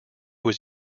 was